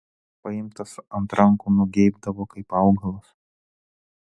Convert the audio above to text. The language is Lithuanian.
paimtas ant rankų nugeibdavo kaip augalas